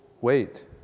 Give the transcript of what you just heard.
wait